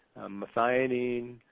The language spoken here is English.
methionine